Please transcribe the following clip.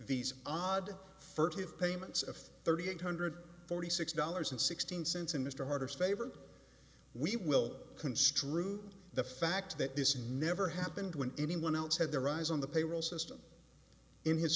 these odd furtive payments of thirty eight hundred forty six dollars and sixteen cents in mr herder's favor we will construe the fact that this never happened when anyone else had their eyes on the payroll system in his